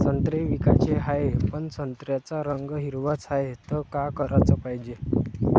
संत्रे विकाचे हाये, पन संत्र्याचा रंग हिरवाच हाये, त का कराच पायजे?